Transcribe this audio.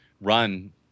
run